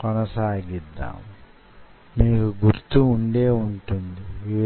పొడవు మీ నియంత్రణలోనే వున్నది